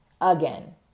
again